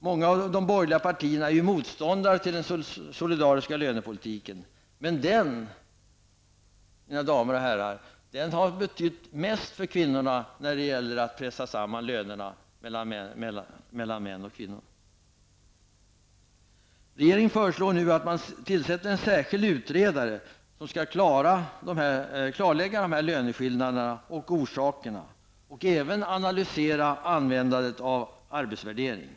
Många av de borgerliga partierna är motståndare till den solidariska lönepolitiken men den, mina damer och herrar, har betytt mest för kvinnorna när det gäller att pressa samman mäns och kvinnors löner. Regeringen föreslår nu att det tillsätts en särskild utredare som skall klarlägga löneskillnaderna och orsakerna till dem. Han skall även analysera användandet av arbetsvärdering.